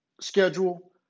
schedule